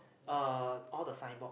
uh all the signboard